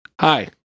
Hi